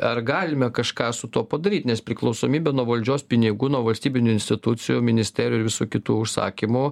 ar galime kažką tuo padaryt nes priklausomybė nuo valdžios pinigų nuo valstybinių institucijų ministerijų ir visų kitų užsakymų